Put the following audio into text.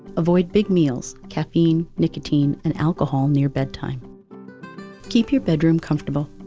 avoid big meals, caffeine, nicotine and alcohol near bedtime keep your bedroom comfortable,